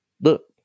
Look